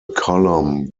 column